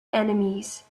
enemies